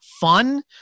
fun